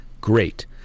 great